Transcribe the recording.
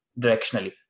directionally